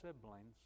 siblings